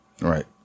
Right